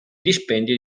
dispendio